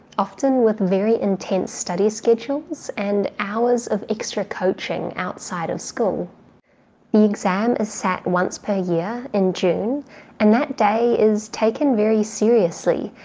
often with very intense study schedules and hours of extra coaching outside of school. the exam is sat once per year in june and that day is taken very seriously.